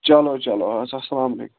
چلو چلو السلامُ